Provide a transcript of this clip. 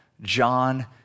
John